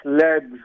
led